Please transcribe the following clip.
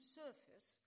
surface